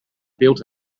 built